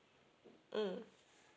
mm